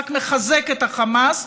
רק מחזק את החמאס,